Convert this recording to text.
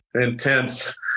intense